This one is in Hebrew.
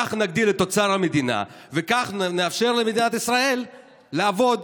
כך נגדיל את אוצר המדינה וכך נאפשר למדינת ישראל לעבוד